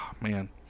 Man